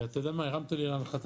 ואתה יודע מה, הרמת לי להנחתה.